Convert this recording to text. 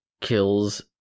kills